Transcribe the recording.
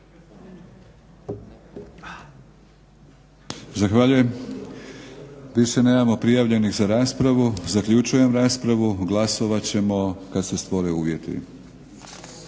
Zahvaljujem. Više nemamo prijavljenih za raspravu. Zaključujem raspravu. Glasovat ćemo kad se stvore uvjeti.